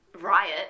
riot